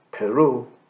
Peru